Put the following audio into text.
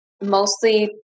Mostly